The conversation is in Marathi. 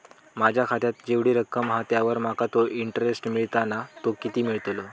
माझ्या खात्यात जेवढी रक्कम हा त्यावर माका तो इंटरेस्ट मिळता ना तो किती मिळतलो?